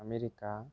America